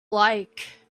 like